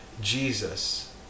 Jesus